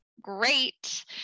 great